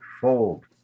fold